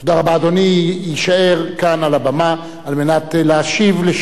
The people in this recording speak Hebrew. אדוני יישאר כאן על הבמה על מנת להשיב על שאילתא דחופה,